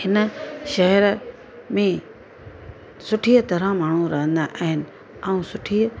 हिन शहर में सुठी तरह माण्हू रहंदा आहिनि ऐं सुठी